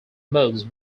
modes